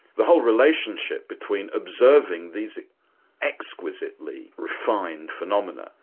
the whole relationship between observing these exquisitely refined phenomena,